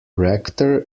rector